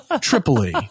Tripoli